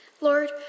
Lord